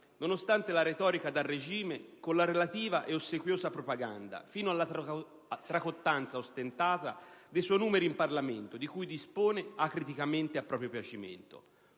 nonostante la retorica da regime con la relativa e ossequiosa propaganda, fino alla tracotanza ostentata dei suoi numeri in Parlamento di cui dispone acriticamente a proprio piacimento.